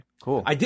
Cool